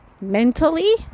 mentally